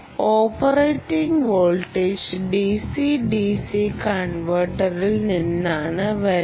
operating voltage DCDC കൺവെർട്ടറിൽ നിന്നാണ് വരുന്നത്